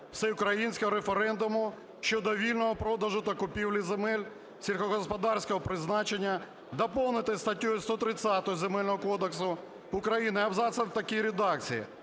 всеукраїнського референдуму щодо вільного продажу та купівлі земель сільськогосподарського призначення". Доповнити статтею 130 Земельного кодексу України абзацом в такій редакції: